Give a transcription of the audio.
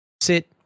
sit